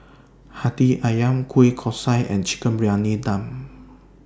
Hati Ayam Kueh Kosui and Chicken Briyani Dum